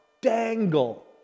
dangle